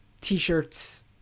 T-shirts